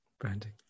Branding